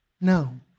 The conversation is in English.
No